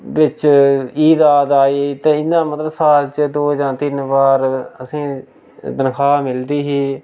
बिच्च ईद आ दा एह् ते इ'यां मतलब साल च दो जां तिन्न बार असें गी तनखाह् मिलदी ही